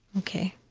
ok.